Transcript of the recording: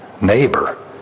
neighbor